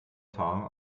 tarnung